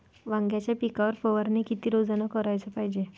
वांग्याच्या पिकावर फवारनी किती रोजानं कराच पायजे?